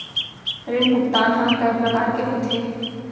ऋण भुगतान ह कय प्रकार के होथे?